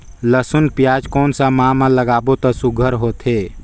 लसुन पियाज कोन सा माह म लागाबो त सुघ्घर होथे?